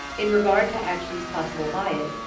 in regard to actions possible by it,